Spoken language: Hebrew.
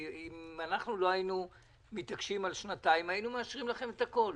אם לא היינו מתעקשים על שנתיים היינו מאשרים לכם את הכול.